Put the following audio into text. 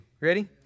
Ready